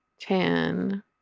ten